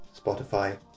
Spotify